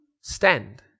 stand